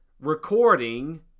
recording